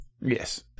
Yes